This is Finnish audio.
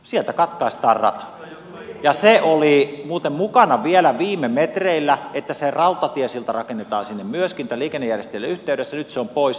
sieltä katkaistaan rata ja se oli muuten vielä viime metreillä mukana että myöskin se rautatiesilta rakennetaan sinne tämän liikennejärjestelyn yhteydessä nyt se on pois